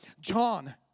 John